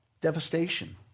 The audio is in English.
Devastation